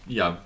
ja